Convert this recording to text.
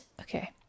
Okay